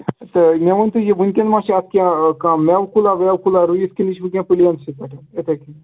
تہٕ مےٚ ؤنۍتو یہِ وٕنۍکٮ۪ن مہ چھِ اَتھ کیٚنٛہہ کانٛہہ مٮ۪وٕ کُلا وٮ۪وٕ کُلا رُیِتھ کِنۍ یہِ چھِ وٕنۍکٮ۪ن پٕلینسٕے پٮ۪ٹھ یِتھَے کٔنی